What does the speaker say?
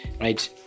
right